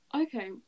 Okay